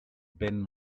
been